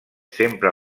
sempre